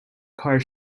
car